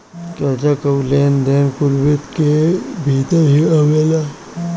कर्जा कअ लेन देन कुल वित्त कअ भितर ही आवेला